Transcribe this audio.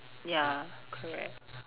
ya correct